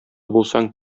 булсаң